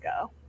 go